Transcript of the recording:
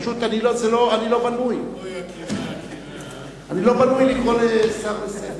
אני לא בנוי לקרוא לשר לסדר.